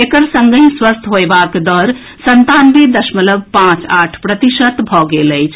एकर संगहि स्वस्थ होएबाक दर संतानवे दशमलव पांच आठ प्रतिशत भऽ गेल अछि